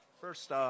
First